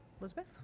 Elizabeth